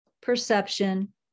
perception